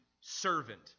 servant